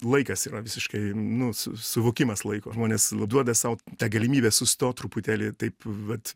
laikas yra visiškai nu su suvokimas laiko žmonės duoda sau tą galimybę sustot truputėlį taip vat